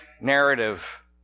narrative